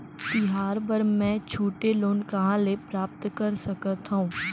तिहार बर मै छोटे लोन कहाँ ले प्राप्त कर सकत हव?